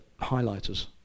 highlighters